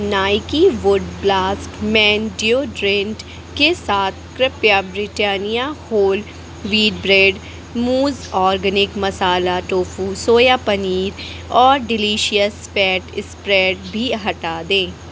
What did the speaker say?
Nike wood blast man deodorant के साथ कृपया ब्रिटानिआ होल वीट ब्रेड मूज़ organic masala tofu soya paneer और डिलीशियस फैट स्प्रेड भी हटा दें